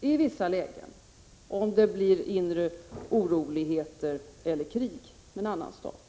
i vissa lägen — om det blir inre oroligheter eller krig med en annan stat.